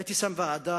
הייתי שם ועדה